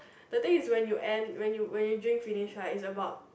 the day is when you end when you when you drink finish lah is like about